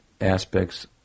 aspects